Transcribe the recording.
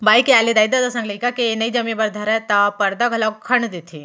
बाई के आय ले दाई ददा संग लइका के नइ जमे बर धरय त परदा घलौक खंड़ देथे